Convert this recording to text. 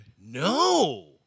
No